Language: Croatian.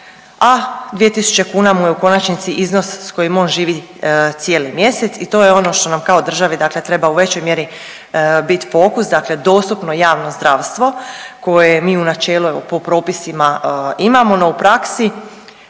a 2000 kuna mu je u konačnici iznos sa kojim on živi cijeli mjesec i to je ono što nam kao državi, dakle treba u većoj mjeri biti fokus, dakle dostupno javno zdravstvo koje mi u načelu evo po propisima imamo, no u praksi